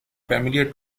familiar